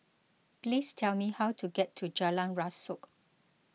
please tell me how to get to Jalan Rasok